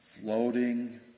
floating